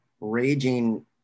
raging